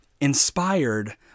inspired